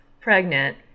pregnant